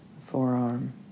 forearm